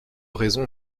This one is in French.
raisons